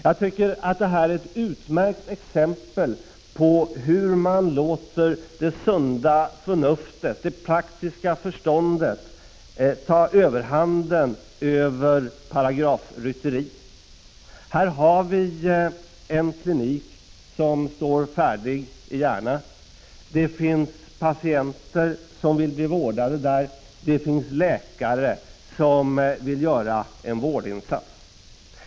Jag tycker att detta är ett utmärkt exempel på hur man låter det sunda förnuftet, det praktiska förståndet, ta överhanden över paragrafrytteri. En klinik står färdig i Järna. Det finns patienter som vill bli vårdade vid kliniken, och det finns läkare som vill göra en vårdinsats.